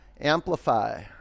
amplify